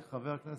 חבר הכנסת.